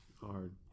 Hard